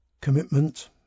commitment